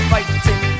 Fighting